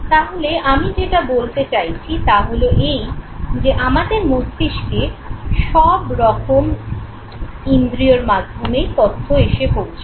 তাহলে আমি যেটা বলতে চাইছি তা হলো এই যে আমাদের মস্তিষ্কে সবরকম ইন্দ্রিয়ের মাধ্যমেই তথ্য এসে পৌঁছয়